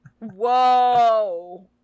Whoa